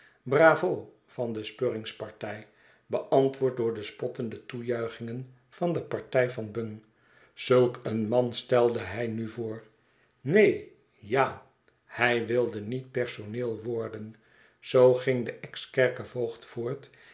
bravo van de spruggins partij beantwoord door spottende toejuichingen van de party van bung zulk een man stelde hij nu voor neen ja hij wilde niet personeel worden zoo ging de exkerkvoogd voort